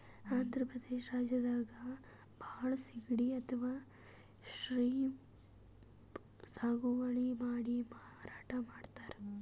ಆಂಧ್ರ ಪ್ರದೇಶ್ ರಾಜ್ಯದಾಗ್ ಭಾಳ್ ಸಿಗಡಿ ಅಥವಾ ಶ್ರೀಮ್ಪ್ ಸಾಗುವಳಿ ಮಾಡಿ ಮಾರಾಟ್ ಮಾಡ್ತರ್